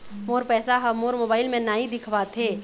मोर पैसा ह मोर मोबाइल में नाई दिखावथे